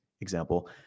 example